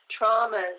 traumas